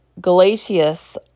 Galatius